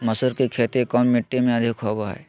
मसूर की खेती कौन मिट्टी में अधीक होबो हाय?